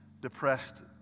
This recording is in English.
depressed